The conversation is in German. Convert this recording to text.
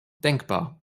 denkbar